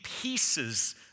pieces